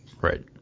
Right